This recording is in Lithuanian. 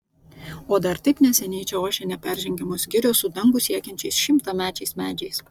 o dar taip neseniai čia ošė neperžengiamos girios su dangų siekiančiais šimtamečiais medžiais